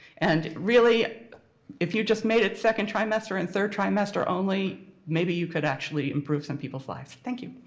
and really if you just made it second trimester and third trimester only maybe you could actually improve some people's lives. thank you.